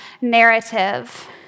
narrative